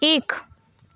एक